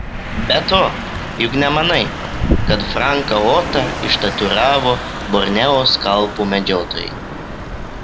be to juk nemanai kad franką otą ištatuiravo borneo skalpų medžiotojai